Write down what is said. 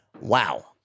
Wow